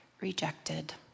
rejected